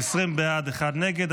20 בעד, דבי התבלבלה.